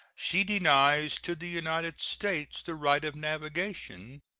she denies to the united states the right of navigation,